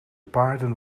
paarden